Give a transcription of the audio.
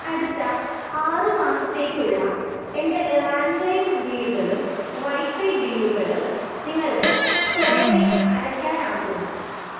അടുത്ത ആറു മാസത്തേക്കുള്ള എൻ്റെ ലാൻഡ്ലൈൻ ബില്ലുകളും വൈഫൈ ബില്ലുകളും നിങ്ങൾക്ക് സ്വയമേവ അടയ്ക്കാനാകുമോ